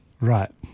Right